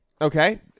Okay